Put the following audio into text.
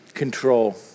control